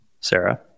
Sarah